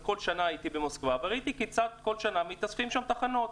כל שנה הייתי במוסקבה וראיתי כיצד כל שנה מתווספות שם תחנות.